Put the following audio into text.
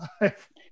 life